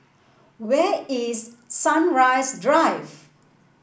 where is Sunrise Drive